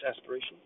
aspiration